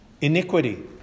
iniquity